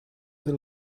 fer